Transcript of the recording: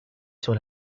sur